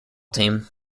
team